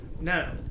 No